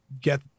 get